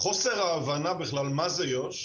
חוסר ההבנה בכלל מה הוא יו"ש